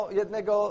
jednego